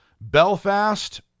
Belfast